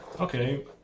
Okay